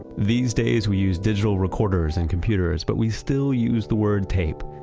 these days we use digital recorders and computers, but we still use the word tape.